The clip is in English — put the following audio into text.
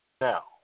Now